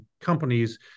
companies